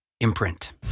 imprint